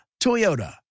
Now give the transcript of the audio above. Toyota